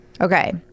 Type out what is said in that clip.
Okay